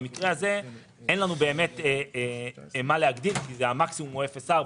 במקרה הזה אין לנו מה להגדיל כי המקסימום הוא 0.4,